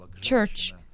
church